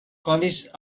codis